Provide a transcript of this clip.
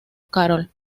carol